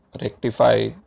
rectify